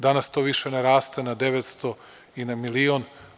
Danas to više ne raste na 900 i na milion.